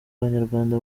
abanyarwanda